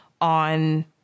on